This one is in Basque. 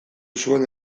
zuen